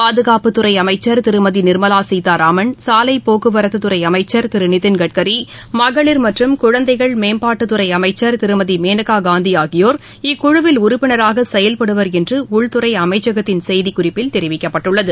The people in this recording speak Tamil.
பாதுகாப்பு துறைஅமைச்சர் திருமதிநிர்மவாசீதாராமன் சாலைபோக்குவரத்துதுறைஅமைச்சர் திருநிதின் மற்றும் குழந்தைகள் மேம்பாட்டுத் துறைஅமைச்சர் திருமதிமேனகாகாந்திஆகியோர் கட்காரி மகளிர் இக்குழுவில் உறுப்பினராகசெயல்படுவர் என்றுடள்துறைஅமைச்சகத்தின் செய்திக்குறிப்பில் தெரிவிக்கப்பட்டுள்ளது